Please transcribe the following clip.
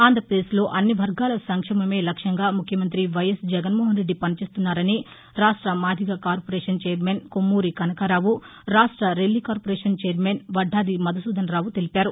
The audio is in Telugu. ఆంధ్రాపదేశ్లో అన్ని వర్గాల సంక్షేమమే లక్ష్యంగా ముఖ్యమంతి వైఎస్ జగన్మోహన్ రెడ్డి పనిచేస్తున్నారని రాష్ట మాదిగ కార్పొరేషన్ చైర్మన్ కొమ్మూరి కనకారావు రాష్ట రెల్లి కార్పొరేషన్ చైర్మన్ వడ్డాది మధుసూదనరావు తెలిపారు